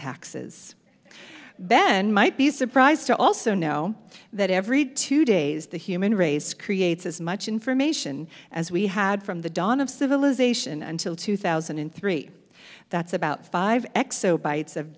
taxes ben might be surprised to also know that every two days the human race creates as much information as we had from the dawn of civilization until two thousand and three that's about five